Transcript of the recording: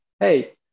Hey